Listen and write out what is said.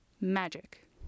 magic